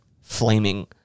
flaming